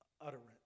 utterance